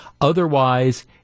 Otherwise